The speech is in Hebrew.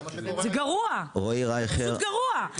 זה גרוע, פשוט גרוע.